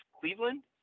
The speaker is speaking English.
Cleveland